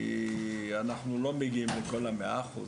כי אנחנו לא מגיעים לכל המאה אחוז,